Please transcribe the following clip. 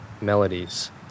melodies